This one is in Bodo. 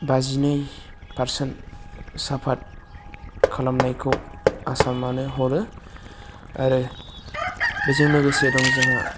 बाजिनै पारसेन्ट साफाट खालामनायखौ आसामानो हरो आरो बेजों लोगोसे दं जोंहा